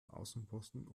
außenposten